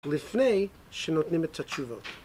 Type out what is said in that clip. לפני שנותנים את התשובות